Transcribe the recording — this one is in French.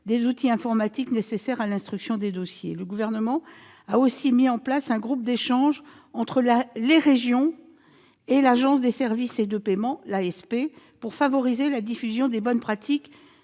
les outils informatiques nécessaires à l'instruction des dossiers. Le Gouvernement a aussi mis en place un groupe d'échange entre les régions et l'Agence de services et de paiement, l'ASP, pour favoriser la diffusion des bonnes pratiques